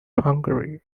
hungary